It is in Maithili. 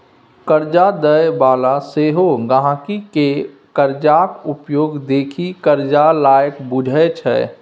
करजा दय बला सेहो गांहिकी केर करजाक उपयोग देखि करजा लायक बुझय छै